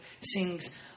sings